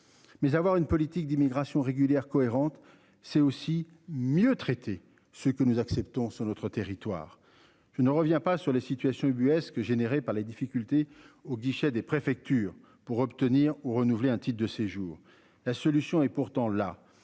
Mais avoir une politique d'immigration régulière cohérente. C'est aussi mieux traités. Ce que nous acceptons sur notre territoire. Je ne reviens pas sur les situations ubuesques générées par les difficultés aux guichets des préfectures pour obtenir ou renouveler un titre de séjour. La solution est pourtant là